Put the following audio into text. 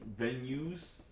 venues